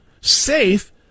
safe